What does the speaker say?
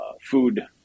food